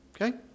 Okay